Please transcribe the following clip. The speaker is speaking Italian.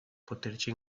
poterci